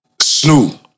Snoop